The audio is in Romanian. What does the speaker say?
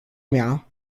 mea